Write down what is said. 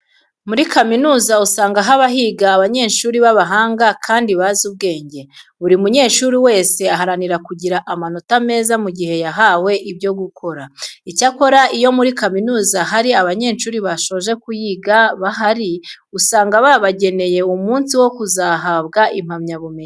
Muri kaminuza usanga haba higa abanyeshuri b'abahanga kandi bazi ubwenge. Buri munyeshuri wese aharanira kugira amanota meza mu gihe yahawe ibyo gukora. Icyakora iyo muri kaminuza hari abanyeshuri basoje kuyiga bahari, usanga babagenera umunsi wo kuzahabwa impamyabumenyi zabo.